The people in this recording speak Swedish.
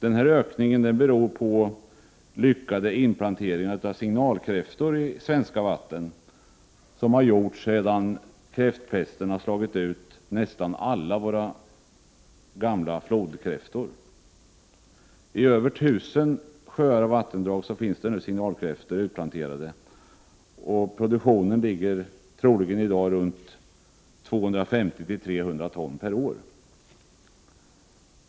Denna ökning beror på lyckade inplanteringar av signalkräftor i svenska vatten sedan kräftpesten slagit ut nästan alla våra gamla flodkräftor. 131 I över 1 000 sjöar och vattendrag finns nu signalkräftor utplanterade, och produktionen ligger i dag troligen runt 250-300 ton per år.